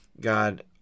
God